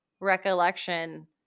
recollection